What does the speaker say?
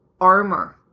armor